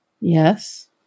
Yes